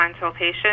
consultation